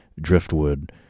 driftwood